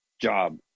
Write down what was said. job